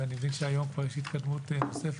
ואני מבין שהיום כבר יש התקדמות נוספת,